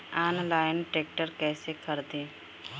Online tractor कैसे खरदी?